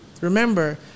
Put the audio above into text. remember